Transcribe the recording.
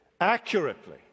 accurately